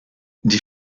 die